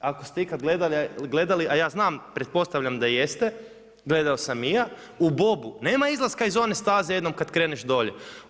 Ako ste ikada gledali, a ja znam, pretpostavljam da jeste, gledao sam i ja, u bobu, nema izlaska iz one staze, jednom kad kreneš dolje.